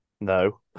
No